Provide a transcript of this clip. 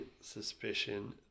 suspicion